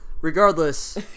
regardless